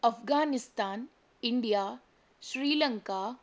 Afghanistan India Sri Lanka